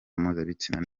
mpuzabitsina